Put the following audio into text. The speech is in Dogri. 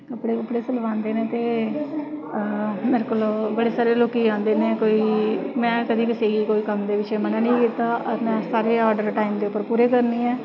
कपड़े कुपड़े सिलवांदे नै ते मेरे कोल बड़े सारे लोकी आंदे नै में कदैं कुसै गी मना निं कीता अपने सारे आर्डर टाइम दे पूरे करनी आं